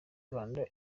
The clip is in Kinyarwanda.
rwanda